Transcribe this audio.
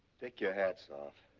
take your hats off.